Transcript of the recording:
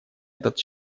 этот